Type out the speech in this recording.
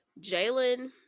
Jalen